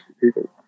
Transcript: people